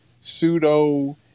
pseudo